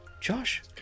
Josh